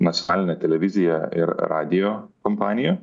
nacionalinė televizija ir radijo kompanija